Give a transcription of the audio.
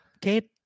Kate